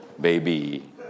Baby